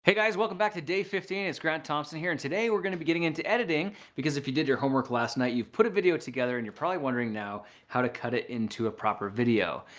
hey guys, welcome back to day fifteen. it's grant thompson here and today, we're going to be getting into editing because if you did your homework last night, you've put a video together and you're probably wondering now how to cut it into a proper video.